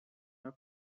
were